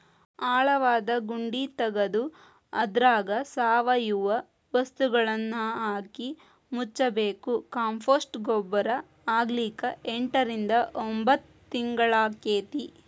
ಆಳವಾದ ಗುಂಡಿ ತಗದು ಅದ್ರಾಗ ಸಾವಯವ ವಸ್ತುಗಳನ್ನಹಾಕಿ ಮುಚ್ಚಬೇಕು, ಕಾಂಪೋಸ್ಟ್ ಗೊಬ್ಬರ ಆಗ್ಲಿಕ್ಕೆ ಎಂಟರಿಂದ ಒಂಭತ್ ತಿಂಗಳಾಕ್ಕೆತಿ